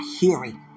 hearing